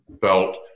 felt